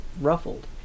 ruffled